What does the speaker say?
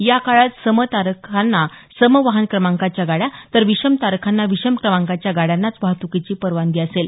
या काळात सम तारखांना सम वाहन क्रमांकाच्या गाड्या तर विषम तारखांना विषम क्रमांकाच्या गाड्यांनाच वाहत्कीची परवानगी असेल